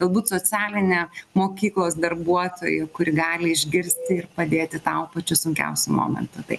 galbūt socialinė mokyklos darbuotoja kuri gali išgirsti ir padėti tau pačiu sunkiausiu momentu tai